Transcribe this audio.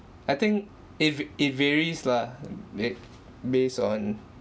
I think it v~ it varies lah err ba~ based on